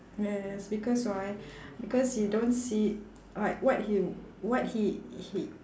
yes because why because you don't see like what he what he he